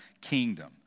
kingdom